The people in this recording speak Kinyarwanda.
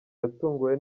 yatunguwe